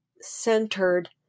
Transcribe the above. centered